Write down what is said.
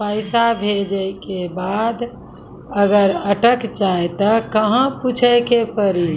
पैसा भेजै के बाद अगर अटक जाए ता कहां पूछे के पड़ी?